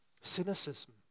cynicism